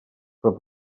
però